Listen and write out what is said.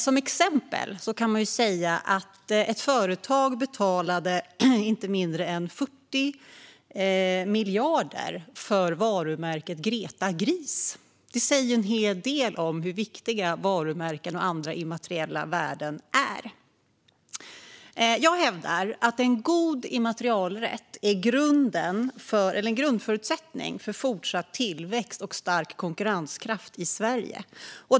Som exempel kan man säga att ett företag betalade inte mindre än 40 miljarder för varumärket Greta Gris. Det säger en hel del om hur viktiga varumärken och andra immateriella värden är. Jag hävdar att en god immaterialrätt är en grundförutsättning för fortsatt tillväxt och stark konkurrenskraft i Sverige.